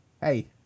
hey